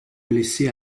blessée